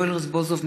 יואל רזבוזוב,